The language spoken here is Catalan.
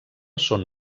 són